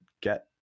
get